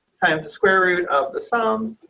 times the square root of the some